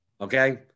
Okay